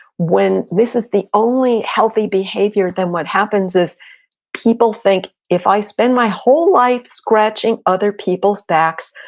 when this is the only healthy behavior, then what happens is people think, if i spend my whole life scratching other people's backs,